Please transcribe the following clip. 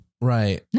Right